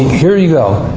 here you go.